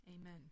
Amen